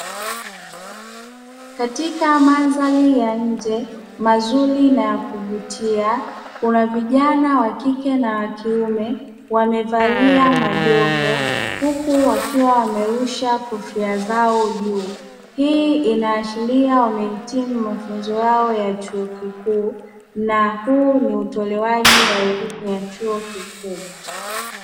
Katika mandhari ya nje, mazuri na ya kuvutia; kuna vijana wa kike na wa kiume wamevalia majoho, huku wakiwa wamerusha kofia zao juu. Hii inaashiria wamehitimu mafunzo yao ya chuo kikuu na huu ni utolewaji wa elimu ya chuo kikuu.